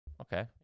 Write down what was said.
Okay